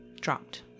dropped